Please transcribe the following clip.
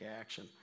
action